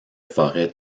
forêt